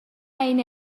ein